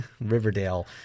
Riverdale